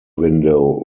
window